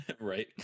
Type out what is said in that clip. Right